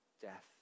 death